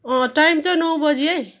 time चाहिँ नौ बजी है